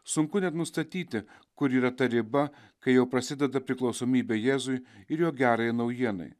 sunku net nustatyti kur yra ta riba kai jau prasideda priklausomybė jėzui ir jo gerajai naujienai